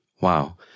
Wow